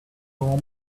all